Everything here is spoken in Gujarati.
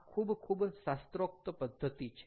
આ ખૂબ ખૂબ શાસ્ત્રોક્ત પદ્ધતિ છે